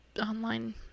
online